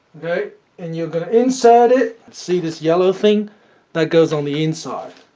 okay and you're going to insert it see this yellow thing that goes on the inside